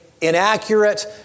inaccurate